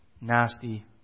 Nasty